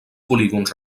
polígons